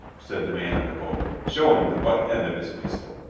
said the man in the boat, showing the butt end of his pistol.